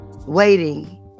waiting